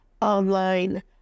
online